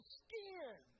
skin